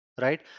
right